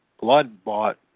blood-bought